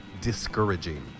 discouraging